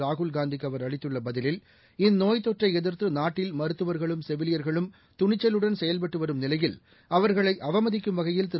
ராகுல் காந்திக்கு அவர் அளித்துள்ள பதிலில் இந்நோய்த் தொற்றை எதிர்த்து நாட்டில் மருத்துவர்களும் செவிலியர்களும் துணிச்சலுடன் செயல்பட்டு வரும் நிலையில் அவர்களை அவமதிக்கும் வகையில் திரு